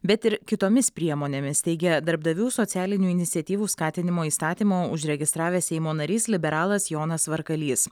bet ir kitomis priemonėmis teigia darbdavių socialinių iniciatyvų skatinimo įstatymo užregistravęs seimo narys liberalas jonas varkalys